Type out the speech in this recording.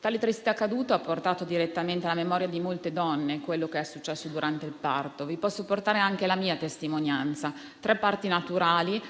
Tale triste accadimento ha portato direttamente alla memoria di molte donne quello che è successo durante il parto. Vi posso portare anche la mia testimonianza: tre parti naturali,